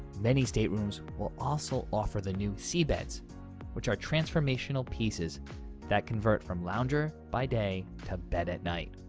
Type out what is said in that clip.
many staterooms will also offer the new sea beds which are transformational pieces that convert from lounger by day to bed at night.